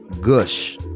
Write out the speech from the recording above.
Gush